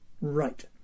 Right